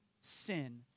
sin